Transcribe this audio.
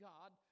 God